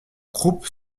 croupes